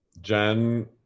Jen